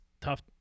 tough